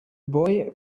boy